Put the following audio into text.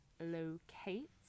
locate